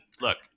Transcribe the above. look